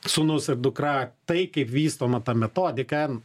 sūnus ir dukra tai kaip vystoma ta metodika